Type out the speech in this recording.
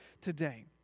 today